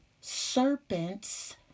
serpents